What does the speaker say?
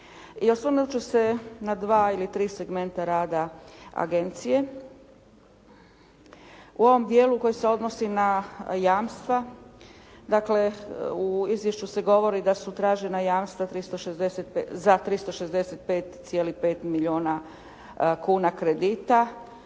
I osvrnut ću se na dva ili tri segmenta rada agencije. U ovom dijelu koji se odnosi na jamstva, dakle u izvješću se govori da su tražena jamstva za 365,5 milijona kuna kredita,